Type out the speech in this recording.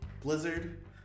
Blizzard